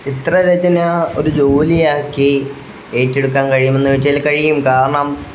ചിത്രരചന ഒരു ജോലിയാക്കി ഏറ്റെടുക്കാൻ കഴിയുമോന്ന് ചോദിച്ചാല് കഴിയും കാരണം